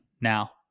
Now